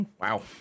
Wow